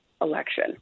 election